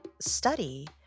study